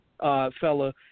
fella